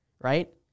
right